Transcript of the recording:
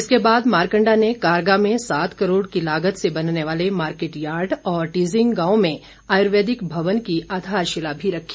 इसके बाद मारकंडा ने कारगा में सात करोड़ की लागत से बनने वाले मार्किट यार्ड और टीजिंग गांव में आयुर्वेदिक भवन की आधारशिला भी रखी